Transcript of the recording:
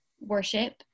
worship